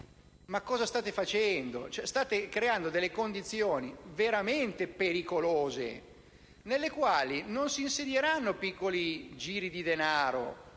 Ma cosa state facendo? State creando condizioni veramente pericolose nelle quali non si insedieranno piccoli giri di denaro